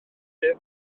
mewn